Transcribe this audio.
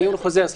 סליחה,